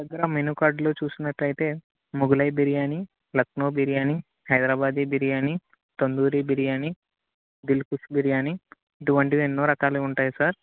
దగ్గర మెనూ కార్డ్లో చూసినట్లయితే మొగులాయి బిర్యానీ లక్నో బిర్యానీ హైదరాబాదీ బిర్యాని తందూరీ బిర్యానీ దిల్ కుష్ బిర్యానీ ఇటువంటివెన్నో రకాలవి ఉంటాయి సార్